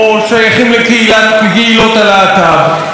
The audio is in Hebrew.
או שייכים לקהילות הלהט"ב,